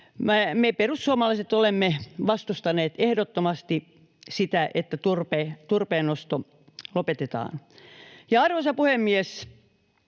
me perussuomalaiset olemme vastustaneet ehdottomasti sitä, että turpeennosto lopetetaan. Arvoisa puhemies!